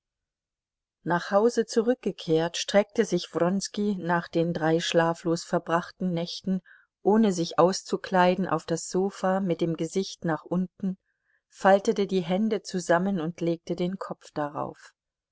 nach hause zurückgekehrt streckte sich wronski nach den drei schlaflos verbrachten nächten ohne sich auszukleiden auf das sofa mit dem gesicht nach unten faltete die hände zusammen und legte den kopf darauf